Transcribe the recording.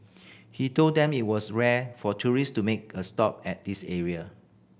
he told them it was rare for tourist to make a stop at this area